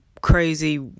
crazy